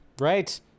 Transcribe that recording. right